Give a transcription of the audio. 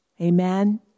Amen